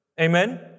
Amen